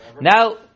Now